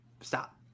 Stop